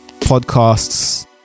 podcasts